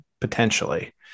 potentially